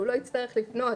שהוא לא יצטרך לפנות